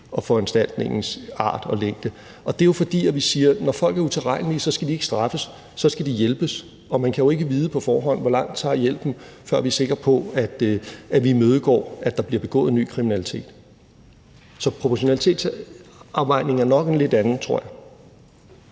og foranstaltningens art og længde. Det er, fordi vi siger, at når folk er utilregnelige, skal de ikke straffes, de skal hjælpes. Og man kan jo ikke vide på forhånd, hvor lang tid hjælpen tager, før vi er sikre på, at vi imødegår, at der bliver begået ny kriminalitet. Så proportionalitetsafvejningen er nok en lidt anden, tror jeg.